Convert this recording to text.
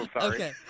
Okay